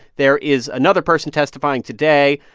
there is another person testifying today.